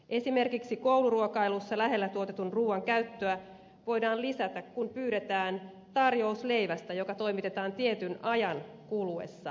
esimerkiksi kouluruokailussa lähellä tuotetun ruuan käyttöä voidaan lisätä kun pyydetään tarjous leivästä joka toimitetaan tietyn ajan kuluessa leipomisesta